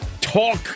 talk